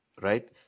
right